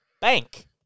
bank